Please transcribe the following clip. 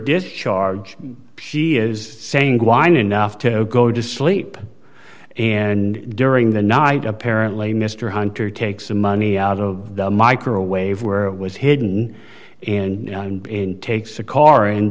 discharge she is saying wine enough to go to sleep and during the night apparently mr hunter takes the money out of the microwave where it was hidden in in takes a car and